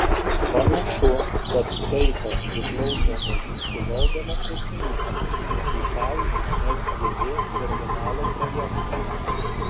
panašu kad tai kas priklauso nuo jūsų valdoma sėkmingai kaip pavyzdžiui sgd terminalo projektas